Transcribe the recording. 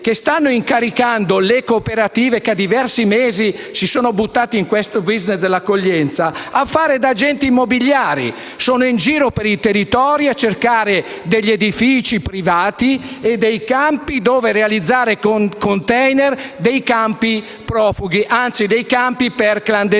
stanno incaricando le cooperative, che da diversi mesi si sono buttate nel blitz dell'accoglienza, a fare da agenti immobiliari. Vanno in giro per i territori a cercare edifici privati e posti dove realizzare *container* e campi profughi, anzi campi per clandestini.